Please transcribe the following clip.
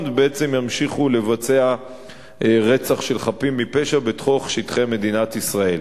ובעצם ימשיכו לבצע רצח של חפים מפשע בתוך שטחי מדינת ישראל.